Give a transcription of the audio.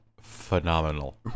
phenomenal